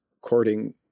courting